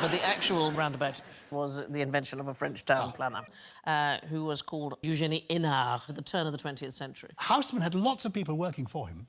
but the actual roundabout was the invention of a french town planner um ah who was called eugenie inner to the turn of the twentieth century houseman had lots of people working for him